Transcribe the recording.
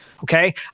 Okay